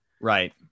Right